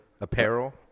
Apparel